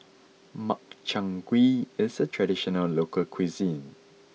Makchang Gui is a traditional local cuisine